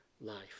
life